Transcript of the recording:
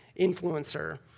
influencer